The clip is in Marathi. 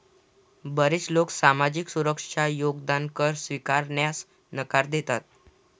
बरेच लोक सामाजिक सुरक्षा योगदान कर स्वीकारण्यास नकार देतात